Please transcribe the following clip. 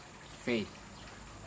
faith